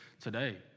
today